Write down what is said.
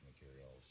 materials